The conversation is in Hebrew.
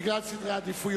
בגלל סדר עדיפויות.